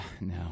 no